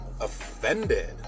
offended